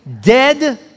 dead